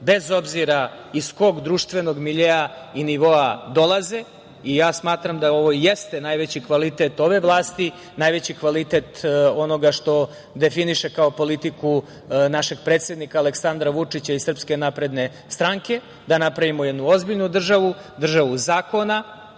bez obzira iz kog društvenog miljea i nivoa dolaze i ja smatram da ovo i jeste najveći kvalitet ove vlasti, najveći kvalitet onoga što definiše kao politiku našeg predsednika Aleksandra Vučića i SNS da napravimo jednu ozbiljnu državu, državu zakona